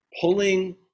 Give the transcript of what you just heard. pulling